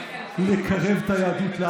חבריי חברי הכנסת.